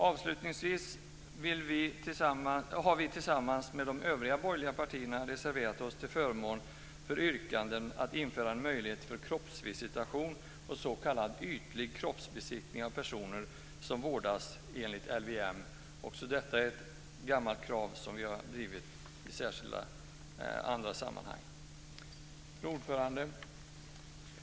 Avslutningsvis har vi tillsammans med de övriga borgerliga partierna reserverat oss till förmån för yrkandet om att införa en möjlighet till kroppsvisitation och s.k. ytlig kroppsbesiktning av personer som vårdas enligt LVM. Också detta är ett gammalt krav som vi har drivit i andra sammanhang. Fru talman!